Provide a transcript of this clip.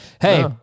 Hey